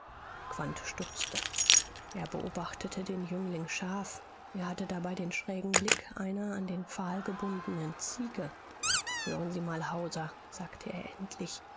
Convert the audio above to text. stutzte er beobachtete den jüngling scharf er hatte dabei den schrägen blick einer an den pfahl gebundenen ziege hören sie mal hauser sagte er endlich